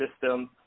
system